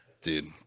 Dude